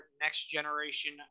next-generation